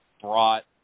brought